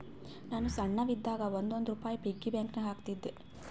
ನಾನು ಸಣ್ಣವ್ ಇದ್ದಾಗ್ ಒಂದ್ ಒಂದ್ ರುಪಾಯಿ ಪಿಗ್ಗಿ ಬ್ಯಾಂಕನಾಗ್ ಹಾಕ್ತಿದ್ದೆ